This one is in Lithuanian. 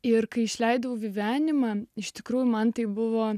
ir kai išleidau gyvenimą iš tikrųjų man tai buvo